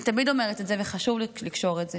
אני תמיד אומרת את זה, וחשוב לי לקשור את זה.